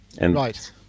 right